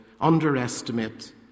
underestimate